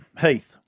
Heath